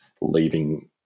leaving